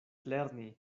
lerni